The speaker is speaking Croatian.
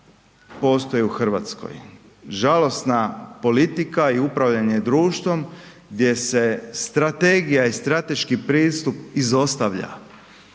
postoji u Hrvatskoj. Žalosna politika i upravljanje društvom gdje se strategija i strateški pristup izostavlja.